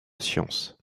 sciences